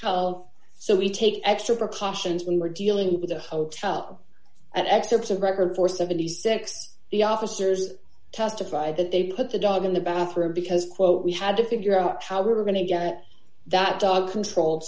hotel so we take extra precautions when we're dealing with a hotel an excerpt of record for seventy six dollars the officers testified that they put the dog in the bathroom because quote we had to figure out how we're going to get that dog control